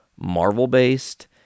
Marvel-based